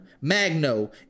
Magno